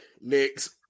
Next